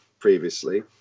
previously